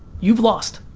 you've lost,